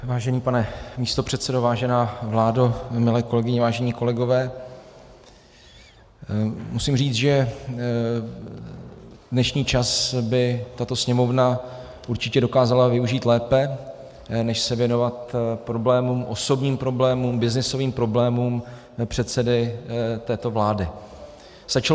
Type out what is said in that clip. Vážený pane místopředsedo, vážená vládo, milé kolegyně, vážení kolegové, musím říct, že dnešní čas by tato Sněmovna určitě dokázala využít lépe, než se věnovat problémům, osobním problémům, byznysovým problémům předsedy této vlády.